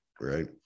right